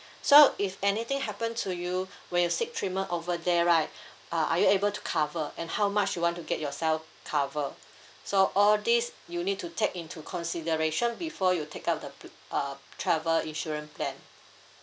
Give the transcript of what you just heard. so if anything happen to you when you seek treatment over there right uh are you able to cover and how much you want to get yourself cover so all this you need to take into consideration before you take up the p~ uh travel insurance plan